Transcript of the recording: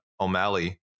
O'Malley